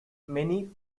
many